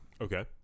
Okay